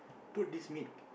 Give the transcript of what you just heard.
put this mid